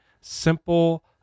simple